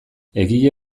egile